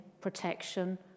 protection